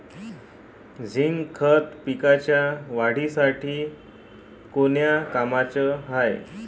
Zinc खत पिकाच्या वाढीसाठी कोन्या कामाचं हाये?